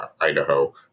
Idaho